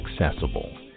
accessible